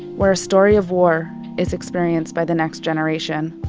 where a story of war is experienced by the next generation.